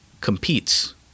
competes